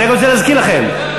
אני רוצה להזכיר לכם,